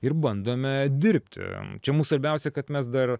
ir bandome dirbti čia mum svarbiausia kad mes dar